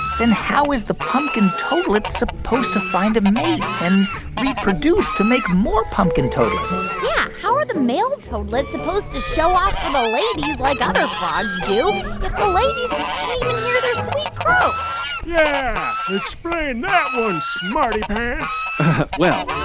then how is the pumpkin toadlet supposed to find a mate and reproduce to make more pumpkin toadlets? yeah. how are the male toadlets supposed to show off for the ladies like other frogs do if the ladies and can't even hear their sweet croaks? yeah, explain and that one, smarty pants well,